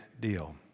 deal